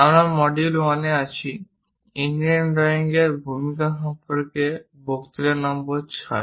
আমরা মডিউল 1 এ আছি ইঞ্জিনিয়ারিং ড্রয়িং এর ভূমিকা সম্পর্কে বক্তৃতা নম্বর 6